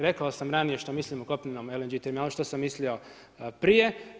Rekao sam ranije što mislim o kopnenom LNG terminalu, što sam mislio prije.